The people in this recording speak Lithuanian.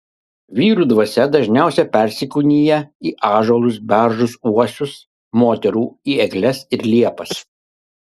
vyrų dvasia dažniausiai persikūnija į ąžuolus beržus uosius moterų į egles ir liepas